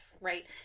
right